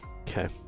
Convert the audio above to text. Okay